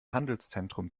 handelszentrum